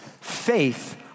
Faith